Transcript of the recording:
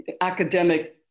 academic